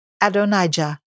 Adonijah